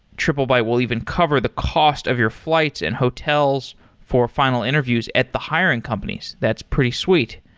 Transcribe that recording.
triplebyte will even cover the cost of your flights and hotels for final interviews at the hiring companies. that's pretty sweet.